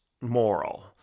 moral